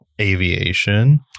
aviation